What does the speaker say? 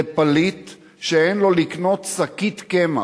לפליט שאין לו כדי לקנות שקית קמח,